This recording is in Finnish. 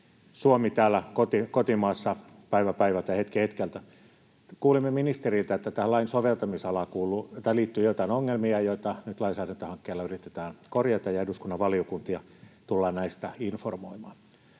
Suomi täällä kotimaassa päivä päivältä ja hetki hetkeltä. Kuulimme ministeriltä, että tämän lain soveltamisalaan liittyy joitain ongelmia, joita nyt lainsäädäntöhankkeella yritetään korjata, ja eduskunnan valiokuntia tullaan näistä informoimaan.